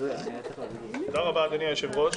תודה רבה, אדוני היושב-ראש.